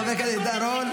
חבר הכנסת עידן רול,